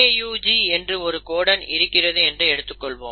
AUG என்று ஒரு codon இருக்கிறது என்று எடுத்துக்கொள்வோம்